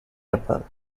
apple